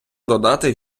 додати